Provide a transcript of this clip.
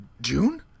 June